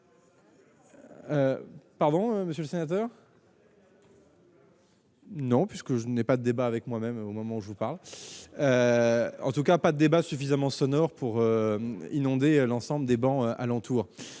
Pardon, monsieur le sénateur. Non, puisque je n'ai pas de débat avec moi-même, au moment où je vous parle en tout cas pas débat suffisamment sonore pour inonder l'ensemble des bancs alentour.